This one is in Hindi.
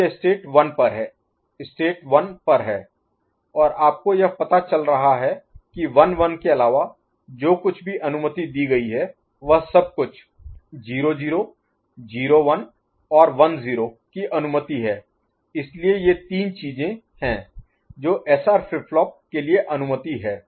अब यह स्टेट 1 पर है स्टेट 1 पर है और आपको यह पता चल रहा है की 1 1 के अलावा जो कुछ भी अनुमति दी गई है वह सब कुछ 0 0 0 1 और 1 0 की अनुमति है इसलिए ये तीन चीजें हैं जो SR फ्लिप फ्लॉप के लिए अनुमति हैं